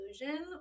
illusion